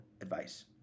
advice